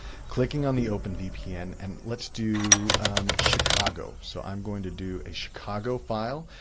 clicking on the openvpn and let's do chicago. so i'm going to do a chicago file,